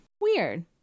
Weird